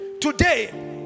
today